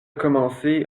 commencé